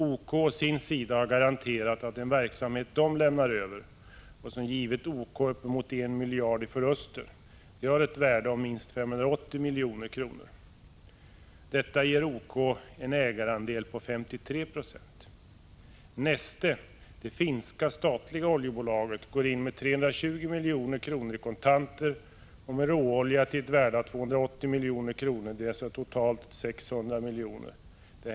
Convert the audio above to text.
OK har å sin sida garanterat att den verksamhet företaget lämnar över och som givit OK uppemot 1 miljard kronor i förluster utgör ett värde av minst 580 milj.kr. Detta ger OK en ägarandel på 53 20. Neste, det statliga finska oljebolaget, går in med 320 milj.kr. i kontanter och med råolja till ett värde av 280 milj.kr.; det gör alltså totalt 600 milj.kr.